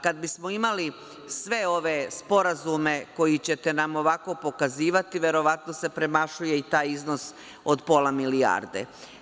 Kada bismo imali sve ove sporazume koje ćete nam ovako pokazivati, verovatno se premašuje i taj iznos od pola milijarde.